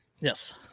Yes